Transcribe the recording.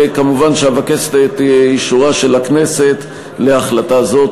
כמובן שאבקש את אישורה של הכנסת להחלטה זו.